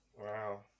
Wow